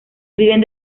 viven